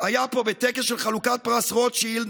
היה פה בטקס של חלוקת פרס רוטשילד,